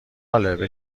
بگو